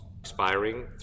expiring